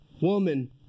woman